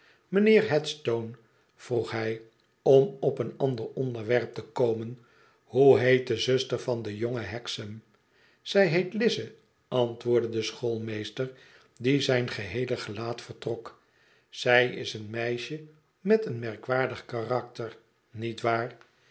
mijnheer headstone vroeg hij om op een ander onderwerp te komen hoe heet de zuster van den jongen hexam zij heet lize antwoordde de schoolmeester die zijn geheele gelaat vertrok zij is een meisje met een merkwaardig karakter niet waar